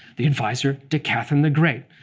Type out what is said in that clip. the advisor to catherine the great.